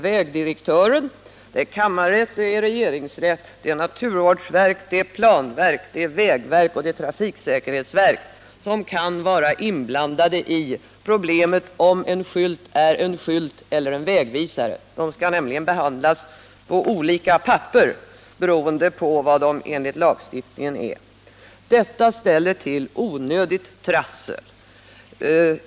Vägdirektör, kammarrätt, regeringsrätt, naturvårdsverk, planverk, vägverk och trafiksäkerhetsverk kan vara inblandade i problemet om en skylt är en skylt eller en vägvisare. Skyltar och vägvisare skall nämligen behandlas på olika papper beroende på vad de enligt lagstiftningen är. Detta ställer till onödigt trassel.